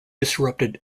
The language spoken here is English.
disrupted